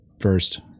first